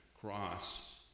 cross